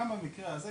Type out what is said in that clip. גם בנושא הזה,